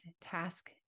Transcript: task